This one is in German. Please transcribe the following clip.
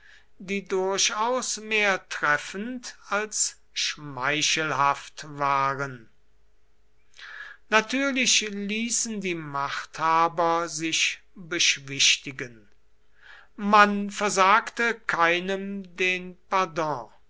die durchaus mehr treffend als schmeichelhaft waren natürlich ließen die machthaber sich beschwichtigen man versagte keinem den pardon